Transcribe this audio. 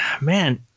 man